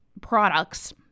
products